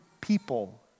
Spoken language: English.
people